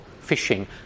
fishing